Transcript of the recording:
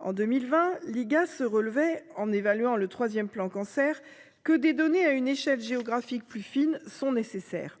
En 2020, l'inspection générale des affaires sociales (Igas) relevait, en évaluant le troisième plan cancer, que « des données à une échelle géographique plus fine sont nécessaires